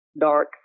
dark